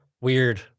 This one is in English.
weird